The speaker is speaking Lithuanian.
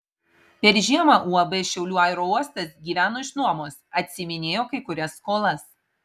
per žiemą uab šiaulių aerouostas gyveno iš nuomos atsiiminėjo kai kurias skolas